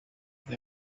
bwo